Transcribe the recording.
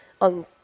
on